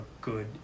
good